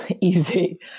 Easy